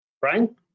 Brian